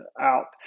out